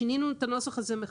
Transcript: שינינו את הנוסח הזה.